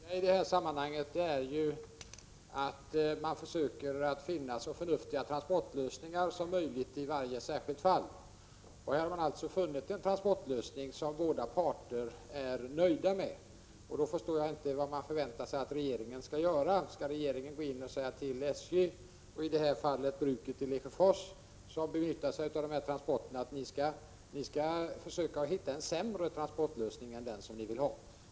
Herr talman! Det viktiga i detta sammanhang är att man försöker finna så förnuftiga transportlösningar som möjligt i varje särskilt fall. Här har man funnit en transportlösning som båda parter är nöjda med. Jag förstår då inte vad man förväntar sig att regeringen skall göra. Skall regeringen säga till SJ och Lesjöfors AB, som benyttar sig av denna transportlösning, att de skall försöka komma fram till en sämre lösning än den som de redan har?